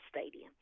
stadium